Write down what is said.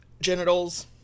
genitals